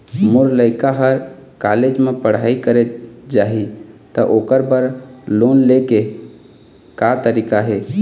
मोर लइका हर कॉलेज म पढ़ई करे जाही, त ओकर बर लोन ले के का तरीका हे?